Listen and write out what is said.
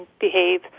behave